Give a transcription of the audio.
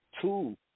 two